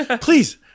please